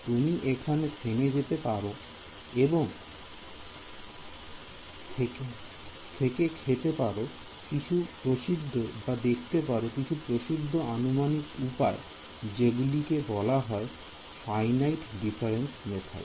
তুমি এখানে থেমে যেতে পারো এবং থেকে খেতে পারো কিছু প্রসিদ্ধ আনুমানিক উপায় যেগুলিকে বলা হয় ফাইনাইট ডিফারেন্স মেথড